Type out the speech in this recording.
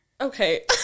Okay